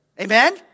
Amen